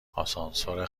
آسانسور